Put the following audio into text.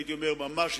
.